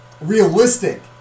realistic